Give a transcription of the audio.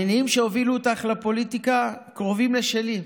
המניעים שהובילו אותך לפוליטיקה קרובים לשלי.